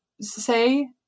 say